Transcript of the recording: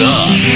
up